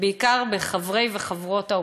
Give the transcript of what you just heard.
בעיקר בחברי וחברות האופוזיציה.